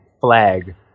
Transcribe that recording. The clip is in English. flag